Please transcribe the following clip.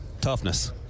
Toughness